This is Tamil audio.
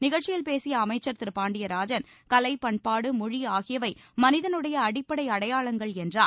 நிகழ்ச்சியில் பேசிய அமைச்சர் திரு பாண்டியராஜன் கலை பண்பாடு மொழி ஆகியவை மனிதனுடைய அடிப்படை அடையாளங்கள் என்றார்